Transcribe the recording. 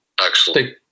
excellent